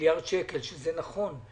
מיליארד שקלים וזה נכון.